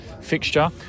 fixture